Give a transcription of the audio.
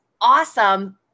awesome